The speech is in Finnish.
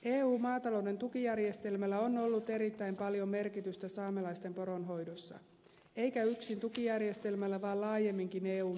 eun maatalouden tukijärjestelmällä on ollut erittäin paljon merkitystä saamelaisten poronhoidossa eikä yksin tukijärjestelmällä vaan laajemminkin eun määräyksillä